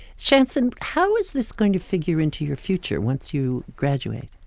chanson, how is this going to figure into your future once you graduate?